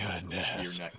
Goodness